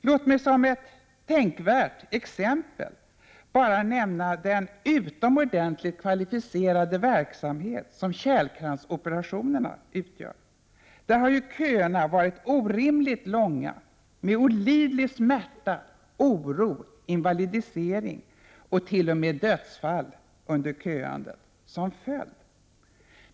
Låt mig som ett tänkvärt exempel bara nämna den utomordentligt kvalificerade verksamhet som kranskärlsoperationerna utgör. Där har köerna varit orimligt långa med olidlig smärta, oro, invalidisering och t.o.m. dödsfall för de köande som följd.